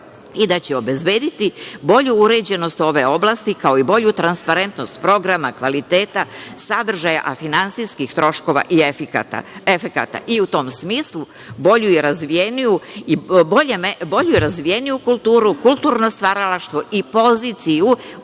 i da će obezbediti bolju uređenost ove oblasti, kao i bolju transparentnost programa, kvaliteta, sadržaja, finansijskih troškova i efekata, i u tom smislu bolju i razvijeniju kulturu, kulturno stvaralaštvo i poziciju